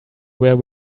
where